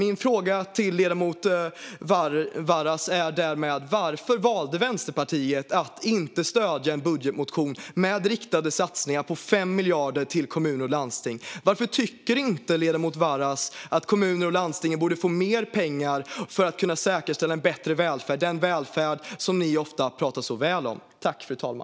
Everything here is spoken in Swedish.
Min fråga till ledamoten Varas är därmed: Varför valde Vänsterpartiet att inte stödja en budgetmotion med riktade satsningar på 5 miljarder till kommuner och landsting? Varför tycker inte ledamoten Varas att kommunerna och landstingen borde få mer pengar för att kunna säkerställa en bättre välfärd? Detta är den välfärd som ledamoten Varas parti ofta talar så väl om.